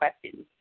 questions